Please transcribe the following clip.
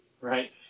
Right